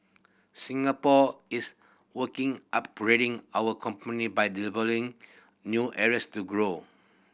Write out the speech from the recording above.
Singapore is working upgrading our by developing new areas to grow